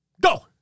go